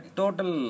total